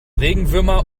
regenwürmer